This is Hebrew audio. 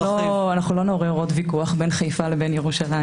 לא נעורר עוד ויכוח בין חיפה לבין ירושלים.